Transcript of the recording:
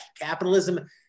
Capitalism